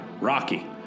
Rocky